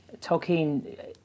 Tolkien